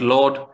Lord